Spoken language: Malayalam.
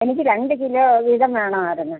എനിക്ക് രണ്ട് കിലോ വീതം വേണമായിരുന്നു